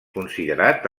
considerat